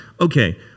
okay